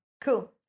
Cool